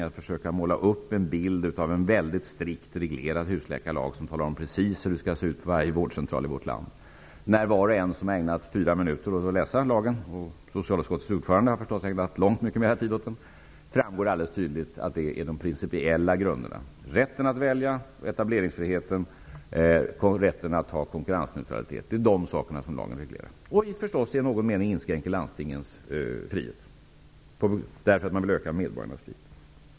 Han har försökt måla upp en bild av en mycket strikt reglerad husläkarlag som talar om precis hur det skall se ut på varje vårdcentral i vårt land. För var och en som har ägnat fyra minuter åt att läsa lagen -- socialutskottets ordförande har naturligtvis ägnat långt mycket mera tid åt den -- framgår det tydligt att lagen reglerar de principiella grunderna. Det gäller rätten att välja, etableringsfriheten och rätten att ha konkurrensneutralitet. Därigenom inskränks förstås i någon mening landstingens frihet. Man vill öka medborgarnas frihet.